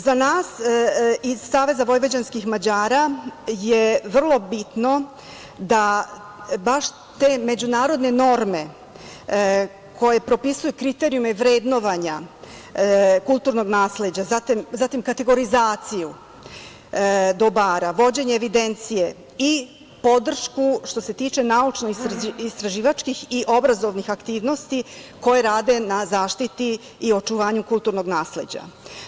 Za nas iz SVM je vrlo bitno da baš te međunarodne norme koje propisuju kriterijume vrednovanja kulturnog nasleđa, zatim kategorizaciju dobara, vođenje evidencije i podršku što se tiče naučno-istraživačkih i obrazovnih aktivnosti koje rade na zaštiti i očuvanju kulturnog nasleđa.